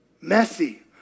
messy